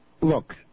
Look